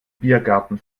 biergarten